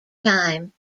time